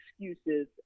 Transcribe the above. excuses